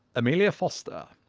amelia foster,